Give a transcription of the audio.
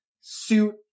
suit